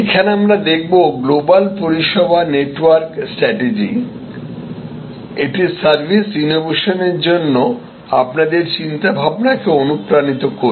এখানে আমরা দেখব গ্লোবাল পরিষেবা নেটওয়ার্ক স্ট্রাটেজি এটি সার্ভিস ইনোভেশনের জন্য আপনাদের চিন্তাভাবনাকে অনুপ্রাণিত করবে